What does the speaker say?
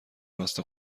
راست